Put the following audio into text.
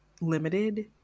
limited